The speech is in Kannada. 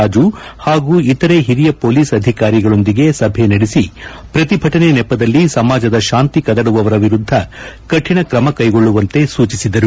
ರಾಜು ಹಾಗೂ ಇತರೆ ಹಿರಿಯ ಪೊಲೀಸ್ ಅಧಿಕಾರಿಗಳೊಂದಿಗೆ ಸಭೆ ನಡೆಸಿ ಪ್ರತಿಭಟನೆ ನಪದಲ್ಲಿ ಸಮಾಜದ ಶಾಂತಿ ಕದಡುವವರ ವಿರುದ್ದ ಕರಿಣ ಕ್ರಮ ಕೈಗೊಳ್ಳುವಂತೆ ಸೂಚಿಸಿದರು